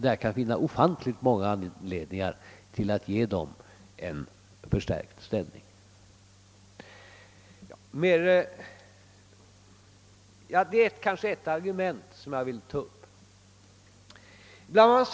Det finns ofantligt många anledningar ait ge dem alla en förstärkt ställning. Jag vill ta upp ett argument i detta sammanhang.